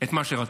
את מה שרציתי.